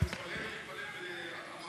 בסך הכול הבנת וגם הסברת.